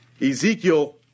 Ezekiel